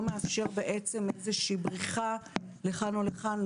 מאפשר בעצם איזושהי בריחה לכאן או לכאן,